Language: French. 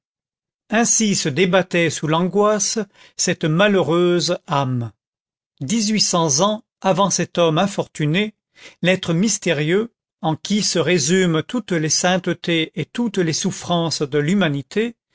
ainsi se débattait sous l'angoisse cette malheureuse âme dix-huit cents ans avant cet homme infortuné l'être mystérieux en qui se résument toutes les saintetés et toutes les souffrances de l'humanité